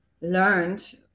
learned